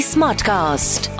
Smartcast